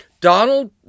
Donald